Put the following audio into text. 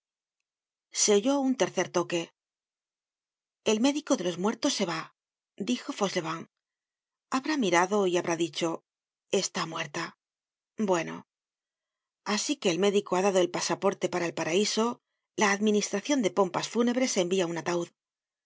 se oyó un tercer toque el médico de los muertos se va dijo fauchelevent habrá mirado y habrá dicho está muerta bueno asi que el médico ha dado el pasaporte para el paraiso la administracion de pompas fúnebres envia un ataud si